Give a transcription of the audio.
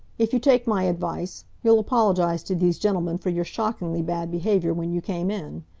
if you take my advice, you'll apologise to these gentlemen for your shockingly bad behaviour when you came in.